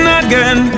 again